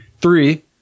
Three